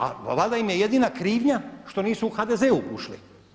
A valjda im je jedina krivnja što nisu u HDZ ušli.